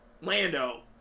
Lando